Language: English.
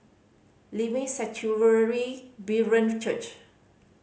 Living Sanctuary Brethren Church